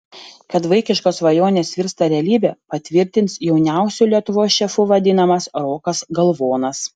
kad vaikiškos svajonės virsta realybe patvirtins jauniausiu lietuvos šefu vadinamas rokas galvonas